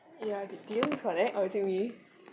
ya I did did you disconnect or is it me